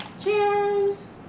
cheers